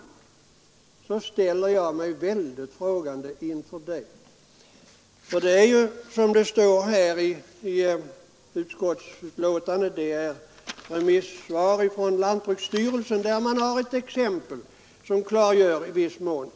Jag ställer mig mycket frågande inför den uppgiften. I lantbruksstyrelsens remissvar tas ett exempel som i viss mån är klargörande.